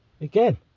Again